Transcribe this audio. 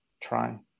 try